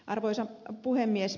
arvoisa puhemies